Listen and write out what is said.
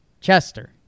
Chester